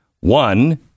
One